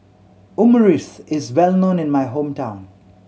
omurice is well known in my hometown